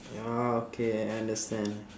ya okay I understand